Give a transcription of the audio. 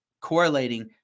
correlating